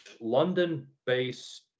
London-based